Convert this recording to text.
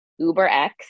UberX